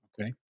Okay